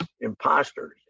imposters